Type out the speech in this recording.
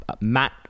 Matt